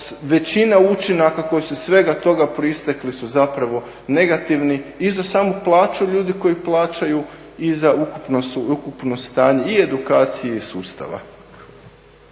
većina učinaka koji su iz svega toga proistekli su zapravo negativni i za samu plaću ljudi koji plaćaju i za ukupno stanje i edukacije i sustava.